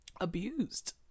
abused